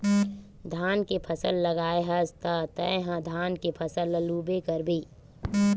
धान के फसल लगाए हस त तय ह धान के फसल ल लूबे करबे